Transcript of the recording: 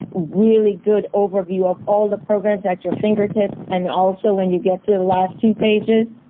really good overview of all the programs at your fingertips and also when you get to the last two pages,